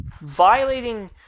violating